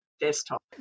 desktop